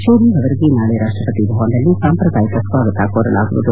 sharing ಅವರಿಗೆ ನಾಳೆ ರಾಷ್ಟಪತಿ ಭವನದಲ್ಲಿ ಸಾಂಪ್ರದಾಯಿಕ ಸ್ಲಾಗತ ಕೋರಲಾಗುವುದು